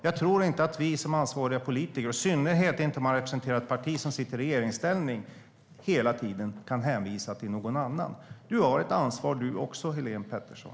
Jag tror inte att vi ansvariga politiker, i synnerhet inte om man representerar ett parti som sitter i regeringsställning, hela tiden kan hänvisa till någon annan. Du har också ett ansvar, Helene Petersson.